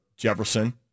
Jefferson